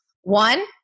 One